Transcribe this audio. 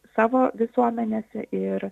savo visuomenėse ir